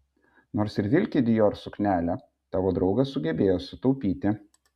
nors ir vilki dior suknelę tavo draugas sugebėjo sutaupyti